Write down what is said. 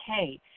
okay